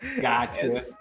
Gotcha